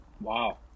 Wow